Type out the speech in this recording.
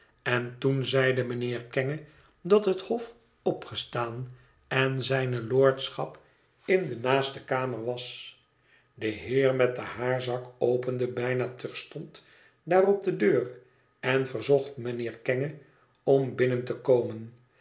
en toen zeide mijnheer kenge dat het hof opgestaan en zijne lord schap in de naaste kamer was de heer met den haarzak opende bijna terstond daarop de deur en verzocht mijnheer kenge om binnen te komen